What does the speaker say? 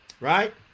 right